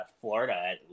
Florida